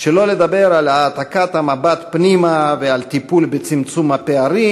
שלא לדבר על העתקת המבט פנימה ועל טיפול בצמצום הפערים.